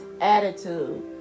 Attitude